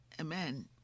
amen